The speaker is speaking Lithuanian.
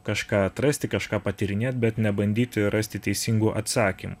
kažką atrasti kažką patyrinėt bet nebandyti rasti teisingų atsakymų